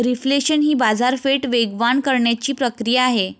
reflation ही बाजारपेठ वेगवान करण्याची प्रक्रिया आहे